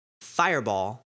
Fireball